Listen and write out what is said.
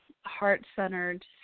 heart-centered